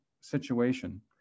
situation